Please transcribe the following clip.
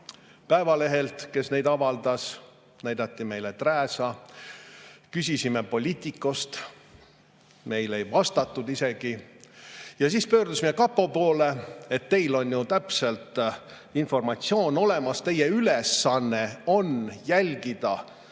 Päevalehelt, kes neid avaldas, näidati meile trääsa. Küsisime Politicost. Meile ei vastatud isegi. Ja siis pöördusime kapo poole, et teil on täpselt informatsioon olemas, teie ülesanne on jälgida